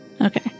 Okay